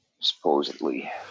Supposedly